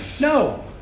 No